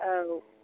औ